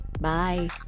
Bye